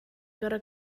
gorfod